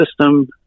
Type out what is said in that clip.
system